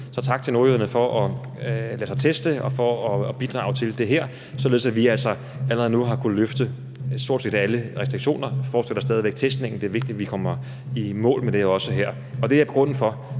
så tak til nordjyderne for at lade sig teste og for at bidrage til det her, således at vi altså allerede nu har kunnet løfte stort set alle restriktioner. Vi fortsætter stadig væk testningen; det er vigtigt, at vi kommer i mål med det også